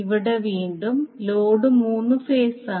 ഇവിടെ വീണ്ടും ലോഡ് മൂന്ന് ഫേസാണ്